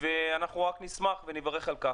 אנחנו נשמח ונברך על כך.